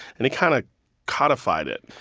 and he kind of codified it.